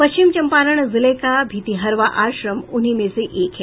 पश्चिम चंपारण जिले का भितिहरवा आश्रम उन्हीं में से एक है